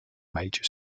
major